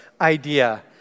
idea